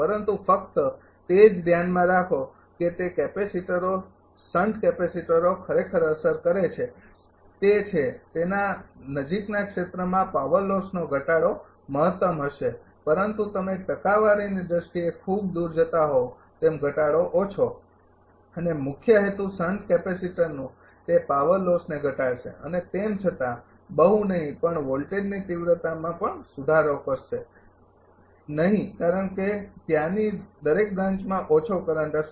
પરંતુ ફક્ત તે જ ધ્યાનમાં રાખો કે તે કેપેસિટરો શંટ કેપેસિટરો ખરેખર અસર કરે છે તે છે તેના નજીકના ક્ષેત્રમાં પાવર લોસનો ઘટાડો મહત્તમ હશે પરંતુ તમે ટકાવારીની દ્રષ્ટિએ ખૂબ દૂર જતા હોવ તેમ ઘટાડો ઓછો અને મુખ્ય હેતુ શન્ટ કેપેસિટરનું તે પાવર લોસને ઘટાડશે અને તેમ છતાં બહુ નહીં પણ તે વોલ્ટેજની તિવ્રતામાં પણ સુધારો કરશે નહીં કારણ કે ત્યાંની દરેક બ્રાંચમાં ઓછો કરંટ હશે